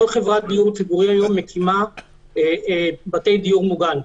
כל חברת דיור ציבורי היום מקימה בתי דיור מוגן,